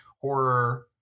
horror